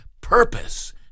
purpose